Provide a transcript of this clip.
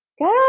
Good